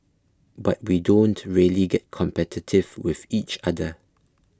but we don't really get competitive with each other